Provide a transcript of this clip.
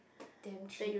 damn cheap